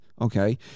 Okay